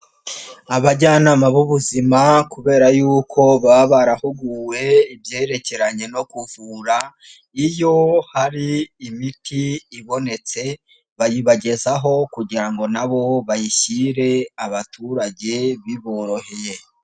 Abajyanama b'ubuzima kubera yuko baba barahuguwe ibyerekeranye no kuvura, iyo hari imiti ibonetse, bayibagezaho kugira ngo na bo bayishyire abaturage biboroheye.